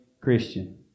Christian